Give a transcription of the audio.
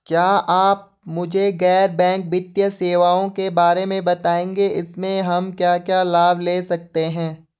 क्या आप मुझे गैर बैंक वित्तीय सेवाओं के बारे में बताएँगे इसमें हम क्या क्या लाभ ले सकते हैं?